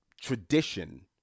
tradition